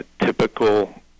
Typical